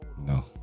No